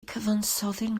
cyfansoddyn